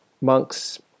monks